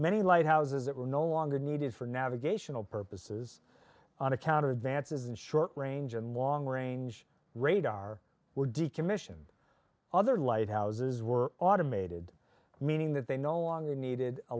many lighthouses that were no longer needed for navigational purposes on account of advances in short range and long range radar were decommissioned other lighthouses were automated meaning that they no longer needed a